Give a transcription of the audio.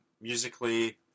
Musically